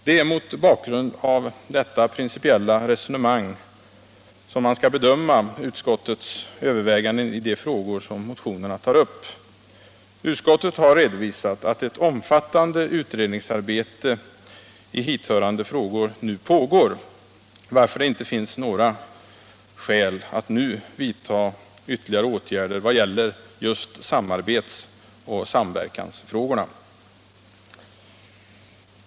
Det är mot bakgrund av detta principiella resonemang som man skall bedöma utskottets övervägande i de frågor som tas upp i motionerna. Utskottet har redovisat att ett omfattande utredningsarbete i hithörande frågor nu pågår, varför det inte finns några skäl att vidta ytterligare åtgärder vad gäller samarbetsoch samverkansfrågorna.